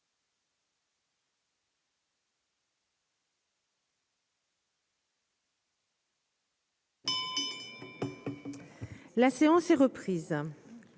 La séance est reprise,